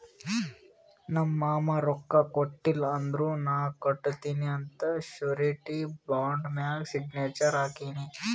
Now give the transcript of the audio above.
ನಮ್ ಮಾಮಾ ರೊಕ್ಕಾ ಕೊಟ್ಟಿಲ್ಲ ಅಂದುರ್ ನಾ ಕಟ್ಟತ್ತಿನಿ ಅಂತ್ ಶುರಿಟಿ ಬಾಂಡ್ ಮ್ಯಾಲ ಸಿಗ್ನೇಚರ್ ಹಾಕಿನಿ